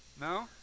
no